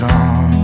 on